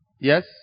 Yes